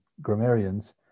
grammarians